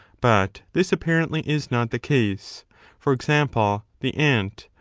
but this apparently is not the case for example, the ant,